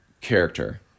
character